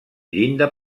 llinda